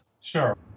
Sure